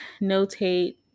notate